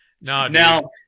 Now